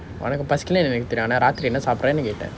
particle masculinity clinic that on that art three operating it them